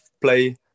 play